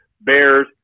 bears